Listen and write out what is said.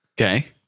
Okay